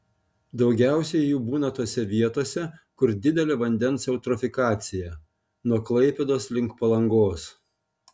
daugiausiai jų būna tose vietose kur didelė vandens eutrofikacija nuo klaipėdos link palangos